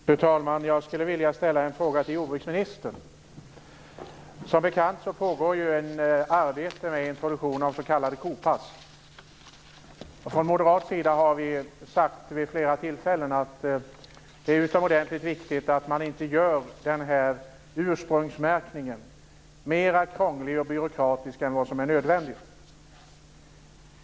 Fru talman! Jag skulle vilja ställa en fråga till jordbruksministern. Som bekant pågår ett arbete med introduktion av s.k. kopass. Från moderat sida har vi vid flera tillfällen sagt att det är utomordentligt viktigt att man inte gör denna ursprungsmärkning mer krånglig och byråkratisk än vad som är nödvändigt.